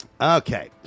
Okay